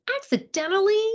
accidentally